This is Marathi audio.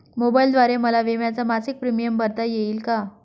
मोबाईलद्वारे मला विम्याचा मासिक प्रीमियम भरता येईल का?